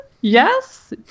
yes